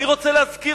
אני רוצה להזכיר,